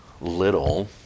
little